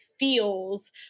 feels